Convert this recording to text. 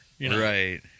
Right